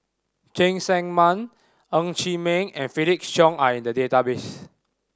Cheng Tsang Man Ng Chee Meng and Felix Cheong are in the database